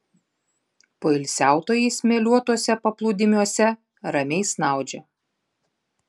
poilsiautojai smėliuotuose paplūdimiuose ramiai snaudžia